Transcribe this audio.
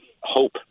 hope